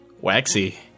Waxy